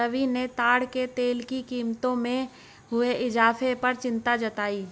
रवि ने ताड़ के तेल की कीमतों में हुए इजाफे पर चिंता जताई